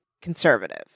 conservative